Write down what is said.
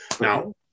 Now